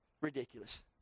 Ridiculous